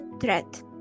threat